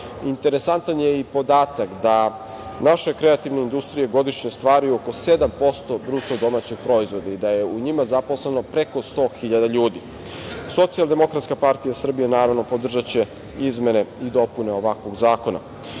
Interesantan je i podatak da naše kreativne industrije godišnje stvaraju oko 7% bruto domaćeg proizvoda i da je u njima zaposleno preko 100.000 ljudi. Socijaldemokratska partija Srbije, naravno, podržaće izmene i dopune ovakvog zakona.